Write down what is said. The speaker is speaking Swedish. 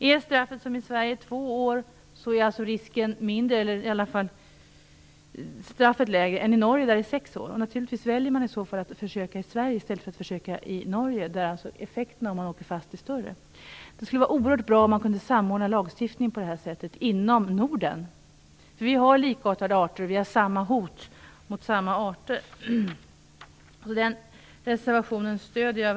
Är straffet som i Sverige två år, får man en mindre påföljd än i Norge, där straffet är sex år. Man väljer självfallet hellre att försöka i Sverige än i Norge, där effekten av att åka fast blir större. Det skulle vara oerhört bra om man kunde samordna lagstiftningen på detta område inom Norden. Vi har likartade arter och samma hot mot dessa arter. Jag stödjer verkligen denna reservation.